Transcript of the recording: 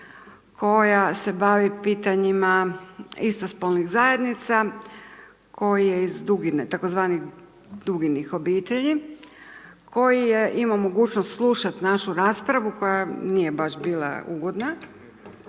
koja se bavi pitanjima istospolnih zajednica koje iz dugine, takozvanih duginih obitelji, koji je imao mogućnost slušat našu raspravu koja nije baš bila ugodna,